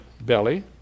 belly